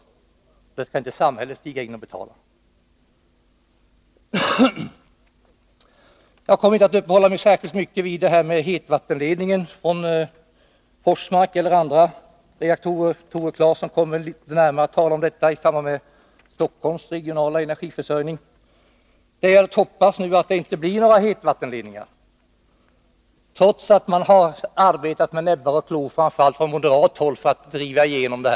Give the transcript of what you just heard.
Samhället skall inte behöva gå in och betala. Jag kommer inte att särskilt mycket uppehålla mig vid detta med hetvattenledningen från Forsmark eller andra reaktorer. Tore Claeson kommer att närmare gå in på detta i samband med att han tar upp frågan om Stockholms regionala energiförsörjning. Vi får hoppas att det inte blir några hetvattenledningar, trots att man framför allt från moderat håll har arbetat med näbbar och klor för att driva igenom sådana.